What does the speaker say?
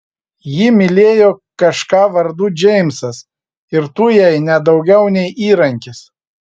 ji mylėjo kažką vardu džeimsas ir tu jai ne daugiau nei įrankis